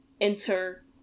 Enter